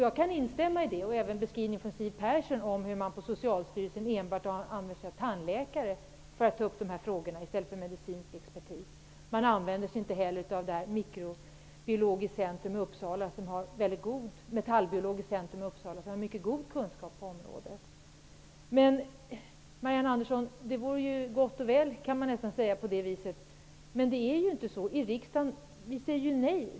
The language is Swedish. Jag kan instämma i detta och även i beskrivningen från Siw Persson av hur man på Socialstyrelsen enbart använder sig av tandläkare när man tar upp dessa frågor i stället för medicinsk expertis. Man använder sig inte heller av Metallbiologiskt centrum i Uppsala som har mycket god kunskap på området. Detta är ju gott och väl, Marianne Andersson, men det är ju inte bara där problemen finns.